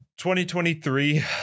2023